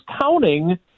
counting